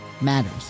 matters